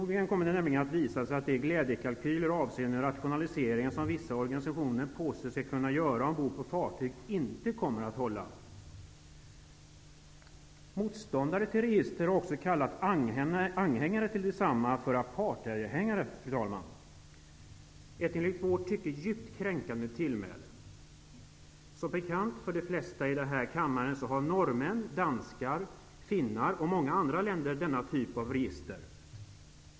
Det kommer förmodligen att visa sig att de glädjekalkyler avseende rationaliseringen ombord på fartyg som vissa organisationer påstår sig kunna göra inte kommer att hålla. Motståndare till register har kallat anhängare till detsamma för apartheidanhängare, fru talman. Detta är ett enligt vårt tycke djupt kränkande tillmäle. Som bekant för de flesta i denna kammaren finns det i Norge, Danmark, Finland och många andra länder denna typ av register.